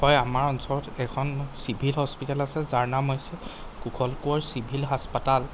হয় আমাৰ অঞ্চলত এখন চিভিল হস্পিটাল আছে যাৰ নাম হৈছে কুশল কোঁৱৰ চিভিল হাস্পাতাল